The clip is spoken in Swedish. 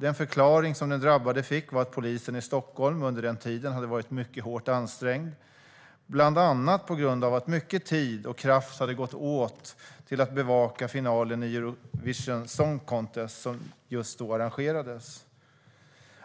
Den förklaring som den drabbade fick var att polisen i Stockholm under den tiden hade varit mycket hårt ansträngd, bland annat på grund av att mycket tid och kraft hade gått åt till att bevaka finalen i Eurovision Song Contest, som just då arrangerades.